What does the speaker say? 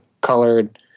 colored